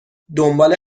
دنبال